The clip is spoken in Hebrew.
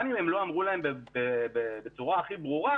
גם אם הם לא אמרו להם בצורה הכי ברורה,